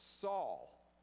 Saul